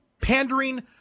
pandering